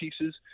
pieces